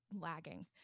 lagging